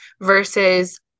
versus